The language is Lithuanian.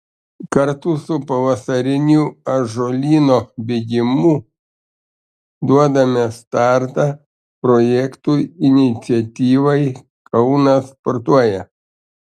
kartu su pavasariniu ąžuolyno bėgimu duodame startą projektui iniciatyvai kaunas sportuoja